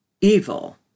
evil